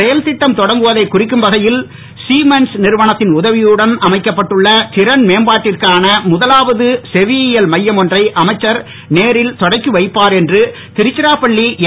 செயல் திட்டம் தொடங்குவதை குறிக்கும வகையில் சிமென்ஸ் நிறுவனத்தின் உதவியுடன் அமைக்கப்பட்டுள்ள திறன் மேம்பாட்டிற்கான முதலாவது செவியியல் மையம் ஒன்றை அமைச்சர் நேரில் தொடக்கி வைப்பார் என்று திருச்சிராப்பள்ளி என்